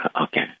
okay